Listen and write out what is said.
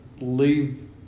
leave